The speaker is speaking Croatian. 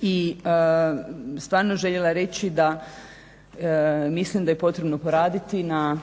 i stvarno željela reći da mislim da je potrebno poraditi na